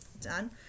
Done